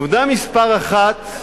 עובדה מס' 1: